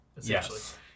Yes